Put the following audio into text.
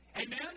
Amen